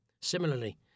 Similarly